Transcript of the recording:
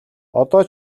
одоо